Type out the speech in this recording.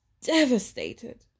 devastated